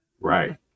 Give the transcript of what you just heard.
right